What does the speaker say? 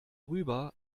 rüber